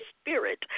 spirit